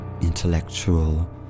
intellectual